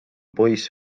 poiss